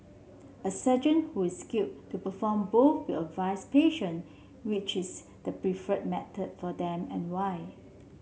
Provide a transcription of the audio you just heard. a surgeon who is skilled to perform both will advise patient which is the preferred method for them and why